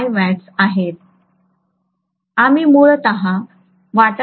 आम्ही मूलत वाटाघाटी करण्याचा प्रयत्न करीत आहोत